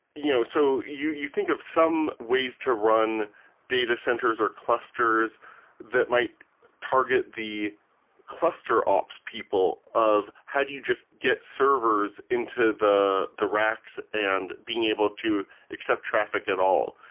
you know so you you think of some ways to run data centers or clusters that might target the cluster ops people of how do you just get servers into the the racks and being able to accept traffic at all?